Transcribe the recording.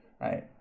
right